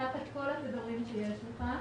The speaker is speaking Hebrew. קח את כל התדרים שיש לך,